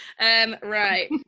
Right